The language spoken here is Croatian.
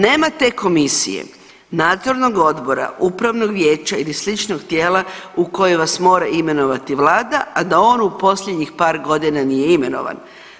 Nema te komisije, nadzornog odbora, upravnog vijeća ili sličnog tijela u koje vas mora imenovati vlada, a da on u posljednjih par godina nije imenovan.